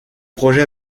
projet